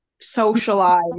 socialize